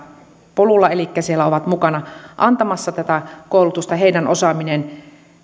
polulla elikkä siellä ovat mukana antamassa tätä koulutusta osaaminen